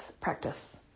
practice